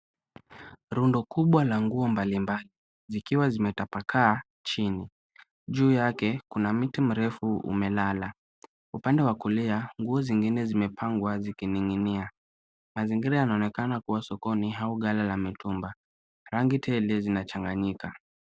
Rundo kubwa na nguo mbalimbali zikiwa zimetapakaa chini. Juu yake kuna mti mrefu umelala. Upande wa kulia nguo zingine zimepangwa zikining'inia. Mazingira yanaonekana kuwa sokoni au ghala la mitumba. Rangi tele zinachanganyika.